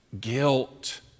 Guilt